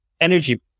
energy